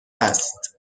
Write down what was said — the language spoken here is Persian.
است